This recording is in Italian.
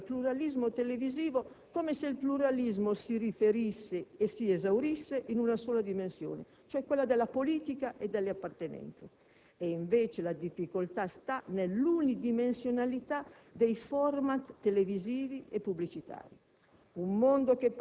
si fa riferimento al pluralismo televisivo, come se il pluralismo si riferisse e si esaurisse in una sola dimensione, cioè quella della politica e delle appartenenze. E invece la difficoltà sta nell'unidimensionalità dei *format* televisivi e pubblicitari.